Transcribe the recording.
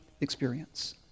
experience